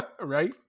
Right